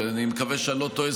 ואני מקווה שאני לא טועה,